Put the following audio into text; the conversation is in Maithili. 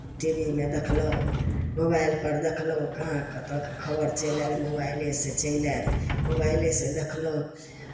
टी वी मे देखलहुँ मोबाइलपर देखलहुँ कहाँ कतयके खबर चलि आयल मोबाइलेसँ चलि आयल मोबाइलेसँ देखलहुँ